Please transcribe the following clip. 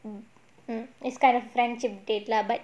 mm it's kind of friendship date lah but